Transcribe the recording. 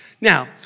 Now